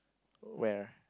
where